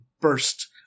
burst